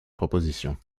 proposition